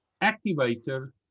activator